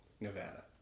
Nevada